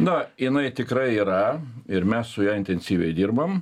na jinai tikrai yra ir mes su ja intensyviai dirbame